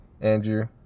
Andrew